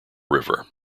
river